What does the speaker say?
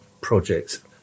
projects